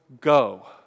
go